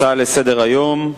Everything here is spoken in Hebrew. הצעה לסדר-היום מס'